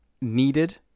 needed